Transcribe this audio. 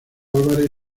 álvarez